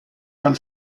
tal